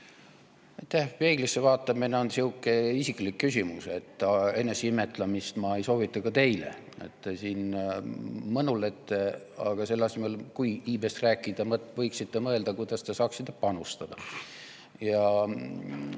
Peeglisse vaatamine on sihuke isiklik küsimus. Eneseimetlemist ma ei soovita ka teile. Te siin mõnulete, aga selle asemel – kui iibest rääkida – võiksite mõelda, kuidas te saaksite panustada.